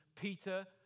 Peter